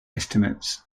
estimates